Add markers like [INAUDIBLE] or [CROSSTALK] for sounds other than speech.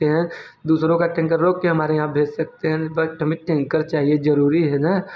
[UNINTELLIGIBLE] ते हैं दूसरों का टेंकर रोक के हमारे यहाँ भेज सकते हैं बट हमें टेंकर चाहिए ज़रूरी है ना